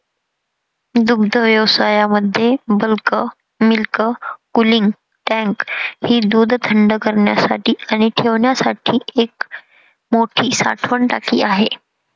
दुग्धव्यवसायामध्ये bulk milk cooling tank ही दूध थंड करण्यासाठी आणि ठेवण्यासाठी एक मोठी साठवण टाकी आहे